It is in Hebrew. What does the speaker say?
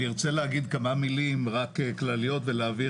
אני ארצה להגיד רק כמה מילים כלליות ולהעביר